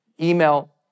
Email